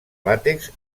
làtex